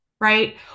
right